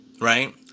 Right